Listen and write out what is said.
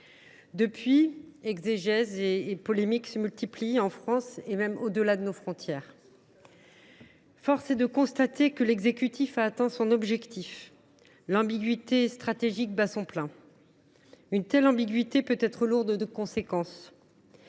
Depuis, exégèses et polémiques se multiplient, en France et même au delà de nos frontières. Force est de constater que l’exécutif a atteint son objectif : l’ambiguïté stratégique bat son plein. Une telle ambiguïté peut être lourde de conséquences,